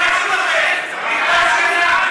פעם שנייה.